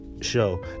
show